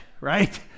right